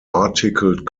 articled